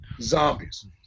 zombies